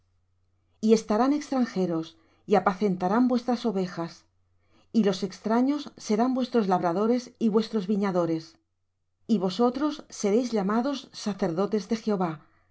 y estarán extranjeros y apacentarán vuestras ovejas y los extraños serán vuestros labradores y vuestros viñadores y vosotros seréis llamados sacerdotes de jehová